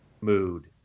mood